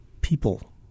people